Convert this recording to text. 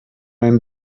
ein